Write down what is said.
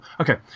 okay